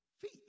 Feet